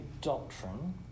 doctrine